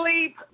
sleep